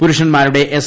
പുരുഷന്മാരുടെ എസ്